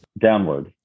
Downward